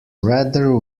rather